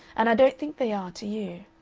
and i don't think they are to you.